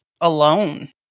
alone